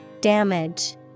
Damage